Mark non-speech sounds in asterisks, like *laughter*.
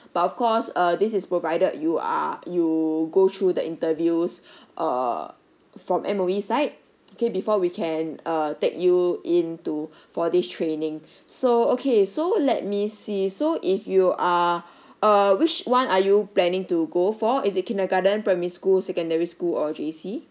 but of course uh this is provided you are you go through the interviews *breath* err from M_O_E site okay before we can err take you into for this training so okay so let me see so if you are err which one are you planning to go for is it kindergarten primary school secondary school or J_C